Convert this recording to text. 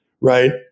right